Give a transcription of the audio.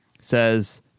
says